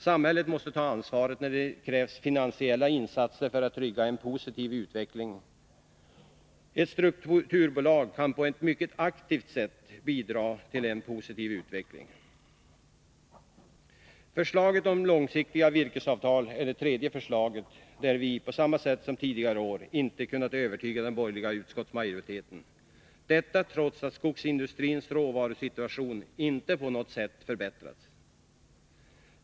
Samhället måste ta ansvaret när det krävs finansiella insatser för att trygga en positiv utveckling. Ett strukturbolag kan på ett mycket aktivt sätt bidra till en positiv Förslaget om långsiktiga virkesavtal är det tredje förslaget där vi — i likhet med tidigare år — inte kunnat övertyga den borgerliga utskottsmajoriteten, trots att skogsindustrins råvarusituation inte på något sätt förbättrats.